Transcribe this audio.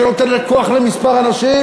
שנותנת כוח לכמה אנשים.